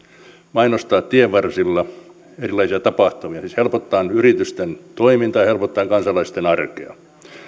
mainostaa tienvarsilla erilaisia tapahtumia siis helpottaen yritysten toimintaa helpottaen kansalaisten arkea